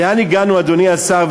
לאן הגענו, אדוני השר?